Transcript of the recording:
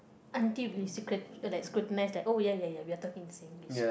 aunty basically like shrewdness like oh ya ya ya we are talking Singlish